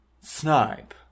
Snipe